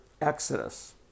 exodus